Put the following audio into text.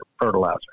fertilizer